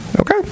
Okay